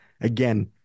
again